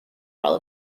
while